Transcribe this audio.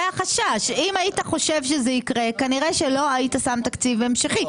החשש הוא שאם היית חושב שזה יקרה כנראה שלא היית שם תקציב המשכי.